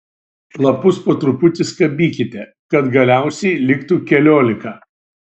lapus po truputį skabykite kad galiausiai liktų keliolika